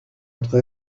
entre